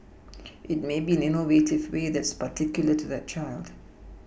it may be an innovative way that's particular to that child